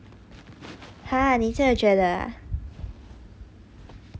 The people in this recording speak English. !huh! 你这样觉得啊